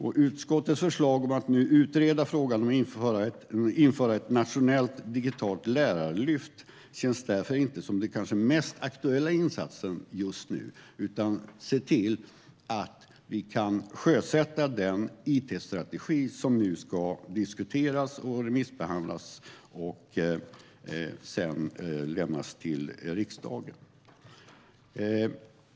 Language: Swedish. Utskottets förslag om att nu utreda frågan om att införa ett nationellt digitalt lärarlyft känns därför inte som den kanske mest aktuella insatsen just nu, utan det handlar om att se till att vi kan sjösätta den it-strategi som nu ska diskuteras och remissbehandlas och sedan lämnas till riksdagen.